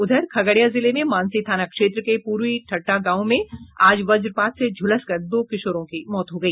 उधर खगड़िया जिले में मानसी थाना क्षेत्र के पूर्वी ठट्टा गांव में आज वज्रपात से झुलसकर दो किशोरों की मौत हो गई